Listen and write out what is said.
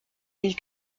mille